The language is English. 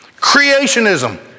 Creationism